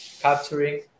capturing